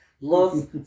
Love